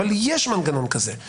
אבל יש מנגנון כזה.